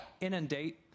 inundate